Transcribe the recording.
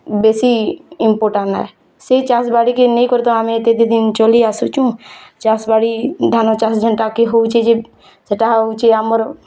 ବେଶୀ ଇମ୍ପୋର୍ଟାଣ୍ଟ୍ ନାଇ ସେଇ ଚାଷ୍ ବାଡ଼ିକେ ନେଇକରି ତ ଆମେ ଏତେଦିନ ଚଲିଆସୁଛୁଁ ଚାଷ୍ ବାଡ଼ି ଧାନ୍ ଚାଷ୍ ଯେନ୍ତାକି ହଉଛେ ଯେ ସେଟା ହୋଉଛି ଆମର୍